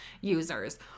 users